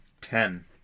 Ten